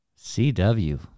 CW